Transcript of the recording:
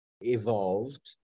evolved